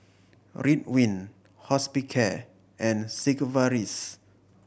Ridwind Hospicare and Sigvaris